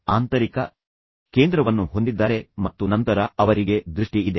ಅವರು ತಮ್ಮದೇ ಆದ ಆಂತರಿಕ ಕೇಂದ್ರವನ್ನು ಹೊಂದಿದ್ದಾರೆ ಮತ್ತು ನಂತರ ಅವರಿಗೆ ದೃಷ್ಟಿ ಇದೆ